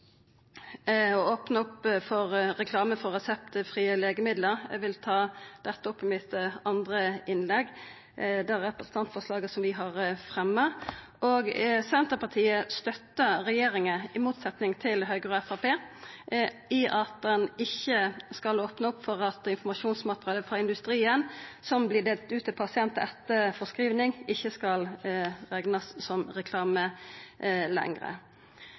opp for reklame for reseptfrie legemiddel. Eg vil ta dette opp i mitt innlegg om det representantforslaget som vi har fremja. Senterpartiet støttar regjeringa, i motsetnad til Høgre og Framstegspartiet, i at ein ikkje skal opna opp for at informasjonsmateriell frå industrien, som vert delt ut til pasientar etter forskriving, ikkje skal reknast som reklame